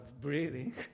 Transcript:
breathing